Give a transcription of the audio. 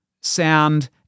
sound